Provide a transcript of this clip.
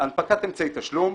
הנפקת אמצעי תשלום